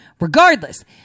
Regardless